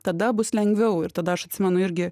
tada bus lengviau ir tada aš atsimenu irgi